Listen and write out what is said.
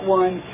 one